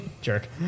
jerk